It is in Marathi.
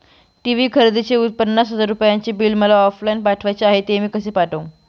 टी.वी खरेदीचे पन्नास हजार रुपयांचे बिल मला ऑफलाईन पाठवायचे आहे, ते मी कसे पाठवू?